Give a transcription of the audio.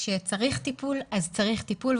כשצריך טיפול אז צריך טיפול,